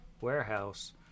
warehouse